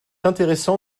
intéressant